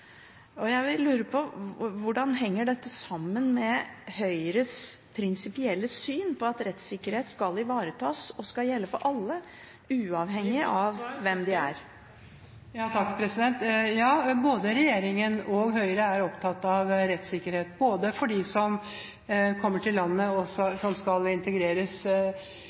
organisasjonene. Jeg lurer på: Hvordan henger dette sammen med Høyres prinsipielle syn om at rettssikkerhet skal ivaretas og skal gjelde for alle, uavhengig av hvem de er? Både regjeringen og Høyre er opptatt av rettssikkerhet, både for dem som kommer til landet og som skal integreres